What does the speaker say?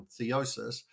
theosis